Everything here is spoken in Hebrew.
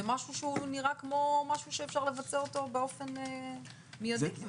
זה משהו שאפשר לבצע באופן מידי.